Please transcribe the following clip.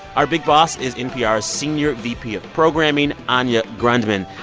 our big boss is npr's senior vp of programming, anya grundmann.